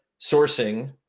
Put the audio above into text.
sourcing